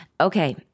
Okay